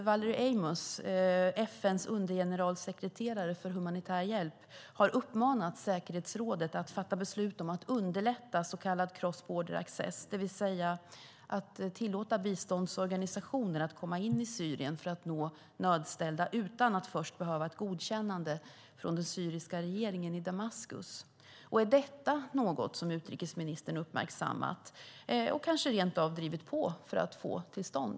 Valerie Amos, FN:s undergeneralsekreterare för humanitär hjälp, har uppmanat säkerhetsrådet att fatta beslut om att underlätta cross-border access , det vill säga att tillåta biståndsorganisationer att komma in i Syrien för att nå nödställda utan att först behöva ett godkännande från den syriska regeringen i Damaskus. Är detta något som utrikesministern uppmärksammat och kanske rent av drivit på för att få till stånd?